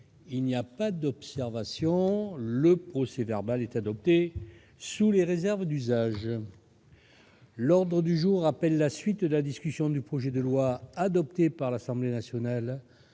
il n'y a pas d'observation, le procès verbal est adoptée sous les réserves d'usage. L'ordre du jour appelle la suite de la discussion du projet de loi adopté par l'Assemblée nationale